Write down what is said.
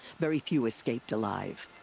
very few escaped alive.